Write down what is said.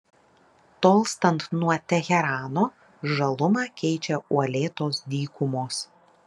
tolstant nuo teherano žalumą keičią uolėtos dykumos